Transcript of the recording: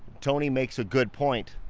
tony makes a good point